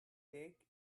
take